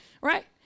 right